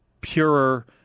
purer